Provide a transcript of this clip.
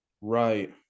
right